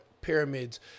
pyramids